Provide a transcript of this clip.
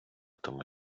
тому